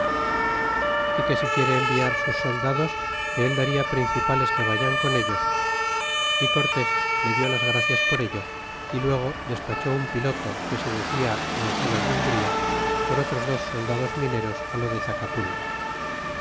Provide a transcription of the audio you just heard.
y que si quiere enviar sus soldados que el daria principales que vayan con ellos y cortés le dió las gracias por ello y luego despachó un piloto que se decia gonzalo de umbria con otros dos soldados mineros á lo de